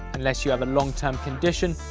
unless you have a long-term condition,